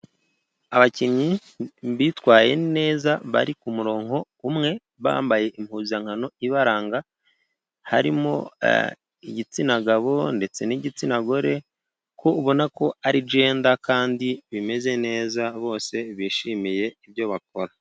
Abakinnyi bitwaye neza bari ku murongo umwe, bambaye impuzankano ibaranga, harimo igitsina gabo ndetse n'igitsina gore, ko ubona ko ari jenda kandi bimeze neza, bose bishimiye ibyo bakora.